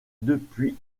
depuis